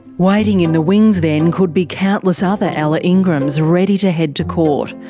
waiting in the wings then could be countless other ella ingrams, ready to head to court.